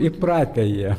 įpratę jie